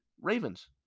Ravens